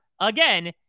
again